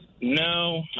No